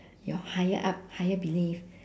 your higher up higher belief